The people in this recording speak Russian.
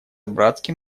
братским